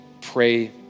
pray